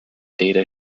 data